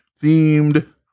themed